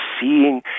seeing